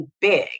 big